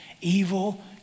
Evil